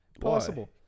possible